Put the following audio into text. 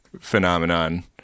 phenomenon